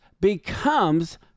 becomes